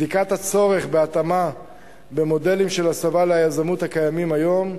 בדיקת הצורך בהתאמה במודלים של הסבה ליזמות הקיימים היום.